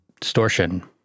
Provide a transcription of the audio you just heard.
distortion